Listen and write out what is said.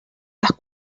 las